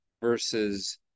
versus